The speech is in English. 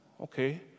okay